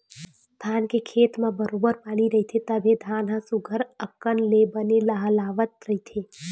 धान के खेत म बरोबर पानी रहिथे तभे धान ह सुग्घर अकन ले बने लहलाहवत रहिथे